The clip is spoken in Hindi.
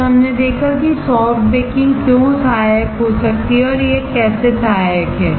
फिर हमने देखा कि सॉफ्ट बेकिंग क्यों सहायक हो सकती है और यह कैसे सहायक है